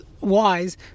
wise